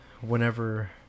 whenever